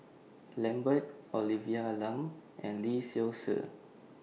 Lambert Olivia Lum and Lee Seow Ser